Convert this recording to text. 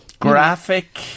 graphic